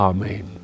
Amen